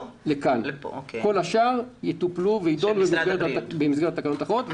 כל השאר יטופלו ויידונו במסגרת תקנות אחרות.